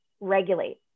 regulate